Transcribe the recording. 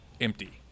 empty